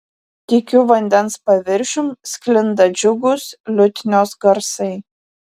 tykiu vandens paviršium sklinda džiugūs liutnios garsai